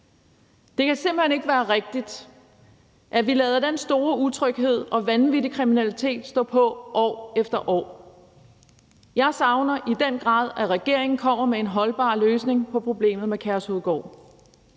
Det kan simpelt hen ikke være rigtigt, at vi lader den store utryghed og vanvittige kriminalitet stå på år efter år. Jeg savner i den grad, at regeringen kommer med en holdbar løsning på problemet med Kærshovedgård.